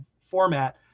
format